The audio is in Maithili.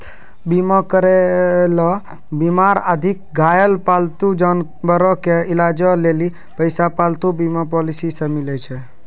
बीमा करैलो बीमार आकि घायल पालतू जानवरो के इलाजो लेली पैसा पालतू बीमा पॉलिसी से मिलै छै